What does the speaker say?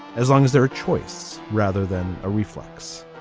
as long as they're a choice rather than a reflex